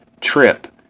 trip